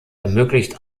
ermöglicht